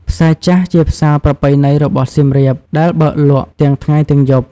ផ្សារចាស់ ជាផ្សារប្រពៃណីរបស់សៀមរាបដែលបើកលក់ទាំងថ្ងៃទាំងយប់។